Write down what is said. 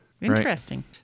Interesting